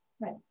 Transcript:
Right